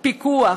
פיקוח.